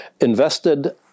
invested